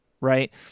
right